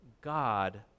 God